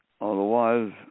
Otherwise